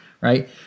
Right